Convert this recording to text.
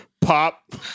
Pop